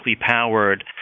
powered